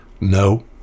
no